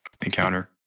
encounter